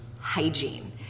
hygiene